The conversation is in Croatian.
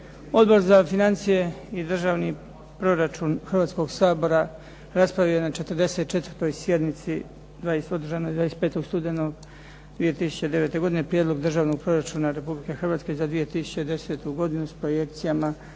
Odbor za financije i državni proračun Hrvatskoga sabora raspravio je na 44. sjednici održanoj 25. studenog 2009. godine Prijedlog državnog proračuna Republike Hrvatske za 2010. godinu s projekcijama